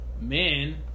men